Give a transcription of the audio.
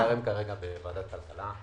זה דיון שמתקיים כרגע בוועדת הכלכלה.